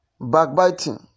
backbiting